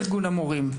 עם ארגון המורים,